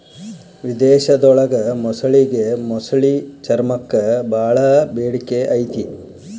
ವಿಧೇಶದೊಳಗ ಮೊಸಳಿಗೆ ಮೊಸಳಿ ಚರ್ಮಕ್ಕ ಬಾಳ ಬೇಡಿಕೆ ಐತಿ